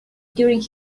during